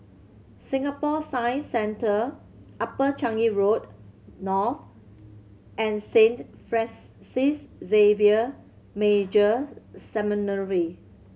Singapore Science Centre Upper Changi Road North and Saint Xavier Major Seminary